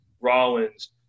Rollins, –